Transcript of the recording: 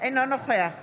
אינו נוכח